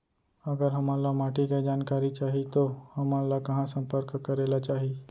अगर हमन ला माटी के जानकारी चाही तो हमन ला कहाँ संपर्क करे ला चाही?